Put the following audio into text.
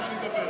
בינתיים שידבר.